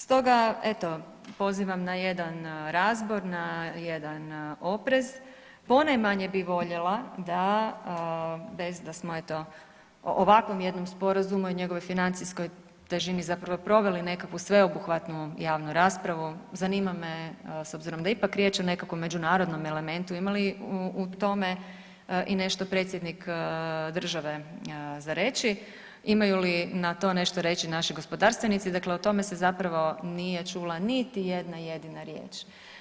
Stoga eto pozivam na jedan razbor, na jedan oprez, ponajmanje bi voljela da bez da smo eto o ovakvom jednom sporazumu i njegovoj financijskoj težini zapravo proveli nekakvu sveobuhvatnu javnu raspravu, zanima me s obzirom da je ipak riječ o nekakvom međunarodnom elementu ima li u tome i nešto predsjednik države za reći, imaju li na to nešto reći naši gospodarstvenici, dakle o tome se zapravo nije čula niti jedna jedina riječ.